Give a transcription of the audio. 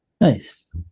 Nice